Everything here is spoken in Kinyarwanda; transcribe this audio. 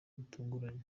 butunguranye